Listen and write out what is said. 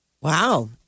Wow